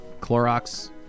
Clorox